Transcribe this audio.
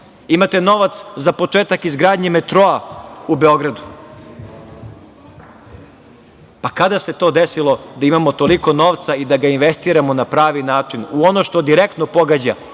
imate novac za početak izgradnje metroa u Beogradu. Kada se to desilo da imamo toliko novca i da ga investiramo na pravi način u ono što direktno pogađa